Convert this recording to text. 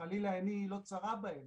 שחלילה עיני לא צרה בהם,